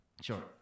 Sure